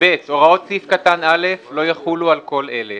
"הוספת סעיף 4א 6. 4א. (ב)הוראות סעיף קטן (א) לא יחולו על כל אלה: